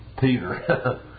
Peter